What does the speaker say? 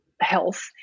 health